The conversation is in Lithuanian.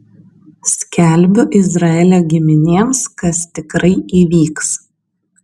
skelbiu izraelio giminėms kas tikrai įvyks